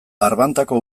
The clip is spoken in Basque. arbantako